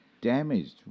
damaged